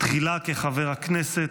תחילה כחבר הכנסת,